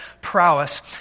prowess